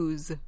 Use